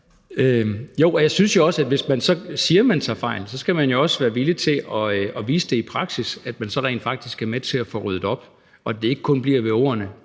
har. Og jeg synes jo også, at hvis man siger, man tager fejl, skal man også være villig til at vise det i praksis, ved at man så rent faktisk er med til at få ryddet op, og at det ikke kun bliver ved ordene,